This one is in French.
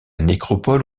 nécropole